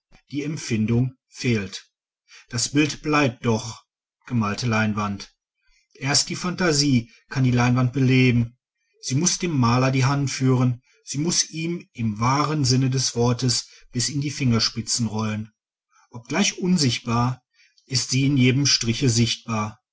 die empfindung fehlt das bild bleibt doch gemalte leinwand erst die phantasie kann die leinwand beleben sie muß dem maler die hand führen sie muß ihm im wahren sinne des worts bis in die fingerspitzen rollen obgleich unsichtbar ist sie in jedem striche sichtbar